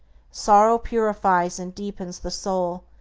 sorrow purifies and deepens the soul,